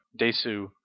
Desu